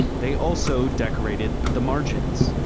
they also decorated the margins.